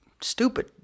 stupid